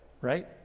right